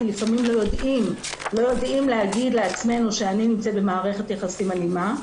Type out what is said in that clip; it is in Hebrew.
כי לפעמים לא יודעים להגיד לעצמנו שאני נמצאת במערכת יחסים אלימה.